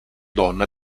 donna